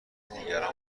دیگران